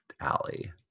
alley